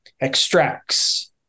extracts